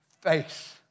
face